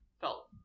felt